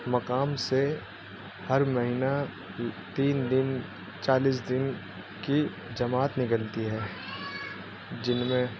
مقام سے ہر مہینہ تین دن چالیس دن کی جماعت نکلتی ہے جن میں